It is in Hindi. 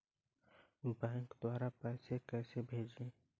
बैंक द्वारा पैसे कैसे भेजें?